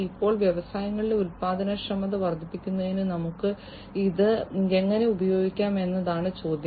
ഇപ്പോൾ വ്യവസായങ്ങളിലെ ഉൽപ്പാദനക്ഷമത വർദ്ധിപ്പിക്കുന്നതിന് നമുക്ക് ഇത് എങ്ങനെ ഉപയോഗിക്കാം എന്നതാണ് ചോദ്യം